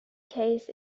case